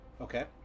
Okay